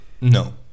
no